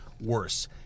worse